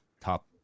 top